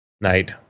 Night